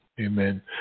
Amen